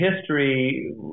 history